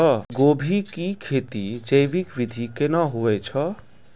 गोभी की खेती जैविक विधि केना हुए छ?